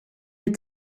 had